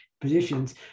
positions